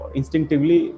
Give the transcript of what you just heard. instinctively